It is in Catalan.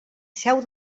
seu